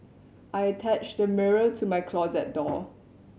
I attached a mirror to my closet door